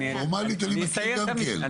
פורמלית אני מסכים גם כן,